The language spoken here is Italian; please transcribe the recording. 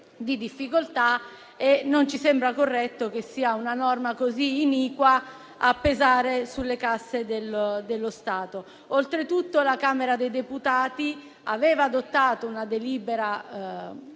e difficoltà. Pertanto non ci sembra corretto che sia una norma così iniqua a pesare sulle casse dello Stato. Oltretutto, la Camera dei deputati aveva adottato una delibera